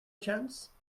chance